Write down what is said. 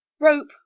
Rope